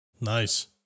Nice